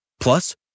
Plus